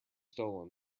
stolen